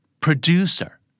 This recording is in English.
producer